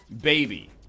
baby